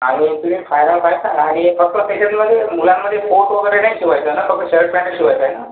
आणि ते फरॉक आहेत ना महागडे कसला फॅशनमध्ये मुलांमध्ये बूट वगैरे नाही शिवायचं ना फक्त शर्ट पॅन्ट शिवायचाय आहे ना